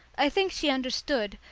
i think she understood,